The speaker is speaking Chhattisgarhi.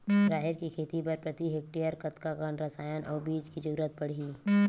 राहेर के खेती बर प्रति हेक्टेयर कतका कन रसायन अउ बीज के जरूरत पड़ही?